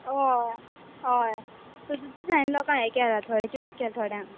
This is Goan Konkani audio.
ओ ओय तातुंतल्या लोकांक हें केलां थोडे चूस केल्या थोड्यांक